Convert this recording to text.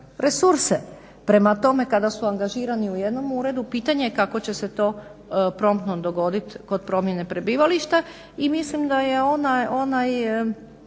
resurse. Prema tome kada su angažirani u jednom uredu pitanje je kako će se to promptno dogoditi kod promjene prebivališta i mislim da je onaj